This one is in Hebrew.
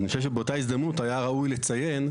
אני חושב שבאותה הזדמנות היה ראוי לציין,